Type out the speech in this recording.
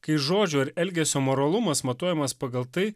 kai žodžio ar elgesio moralumas matuojamas pagal tai